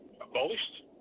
abolished